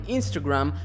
Instagram